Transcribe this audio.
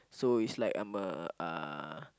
so it's like I'm a uh